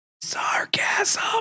Sarcasm